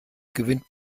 gewinnt